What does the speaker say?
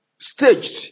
staged